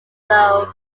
though